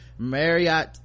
Marriott